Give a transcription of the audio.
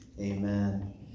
amen